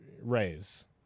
raise